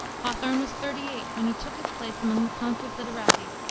hawthorne was thirty-eight when he took his place among the concord literati.